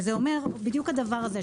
וזה אומר בדיוק את הדבר הזה,